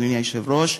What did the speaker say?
אדוני היושב-ראש,